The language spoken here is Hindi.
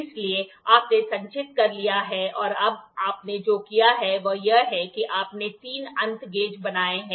इसलिए आपने संचित कर लिया है और अब आपने जो किया है वह यह है कि आपने 3 अंत गेज बनाए हैं